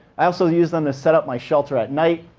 i also use them to set up my shelter at night.